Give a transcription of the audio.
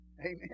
Amen